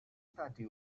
stati